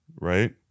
right